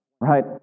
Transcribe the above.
right